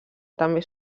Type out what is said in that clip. també